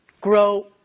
grow